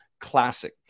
Classic